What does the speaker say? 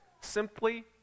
simply